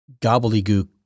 gobbledygook